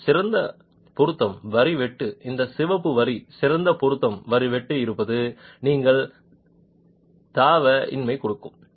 பின்னர் சிறந்த பொருத்தம் வரி வெட்டும் இந்த சிவப்பு வரி சிறந்த பொருத்தம் வரி வெட்டும் இருப்பது நீங்கள் தவ இன்மை கொடுக்கும்